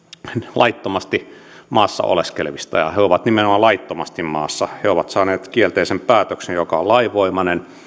laittomasti maassa oleskelevista ja he ovat nimenomaan laittomasti maassa he ovat saaneet kielteisen päätöksen joka on lainvoimainen